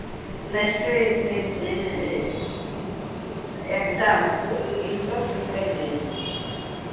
next week నించీ exams ఇంట్లో prepare చెయ్యండి